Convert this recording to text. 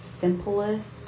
simplest